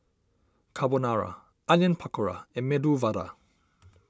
Carbonara Onion Pakora and Medu Vada